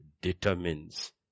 determines